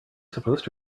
supposed